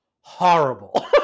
horrible